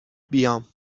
بیام